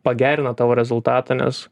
pagerina tavo rezultatą nes